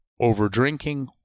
overdrinking